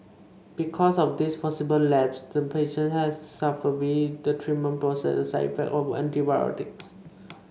because of this possible lapse the patient has to suffer be it the treatment process the side effects of antibiotics